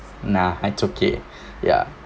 nah I took care yeah